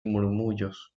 murmullos